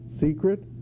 secret